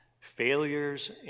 failures